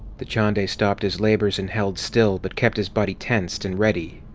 dachande stopped his labors and held still, but kept his body tensed and ready.